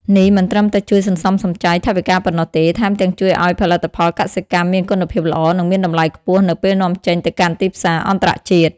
នេះមិនត្រឹមតែជួយសន្សំសំចៃថវិកាប៉ុណ្ណោះទេ ថែមទាំងជួយឲ្យផលិតផលកសិកម្មមានគុណភាពល្អ និងមានតម្លៃខ្ពស់នៅពេលនាំចេញទៅកាន់ទីផ្សារអន្តរជាតិ។